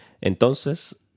Entonces